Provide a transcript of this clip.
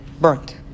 Burnt